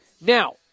Now